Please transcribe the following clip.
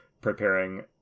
preparing